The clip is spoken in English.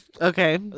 Okay